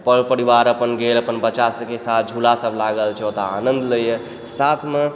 पर परिवार अपन गेल अपन बच्चा सबके साथ झूला सब लागल छै ओतऽ आनन्द लइए साथमे